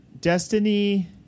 Destiny